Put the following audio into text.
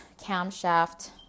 camshaft